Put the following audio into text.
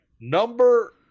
Number